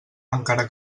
encara